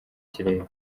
kirere